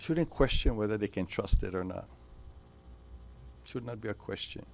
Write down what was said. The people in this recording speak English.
shouldn't question whether they can trust it or not it should not be a question